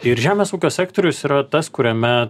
ir žemės ūkio sektorius yra tas kuriame